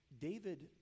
David